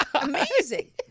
amazing